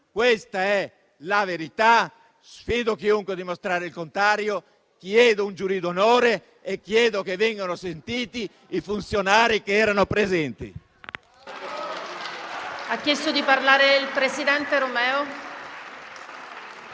Questa è la verità e sfido chiunque a dimostrare il contrario. Chiedo un giurì d'onore e chiedo che vengano sentiti i funzionari che erano presenti.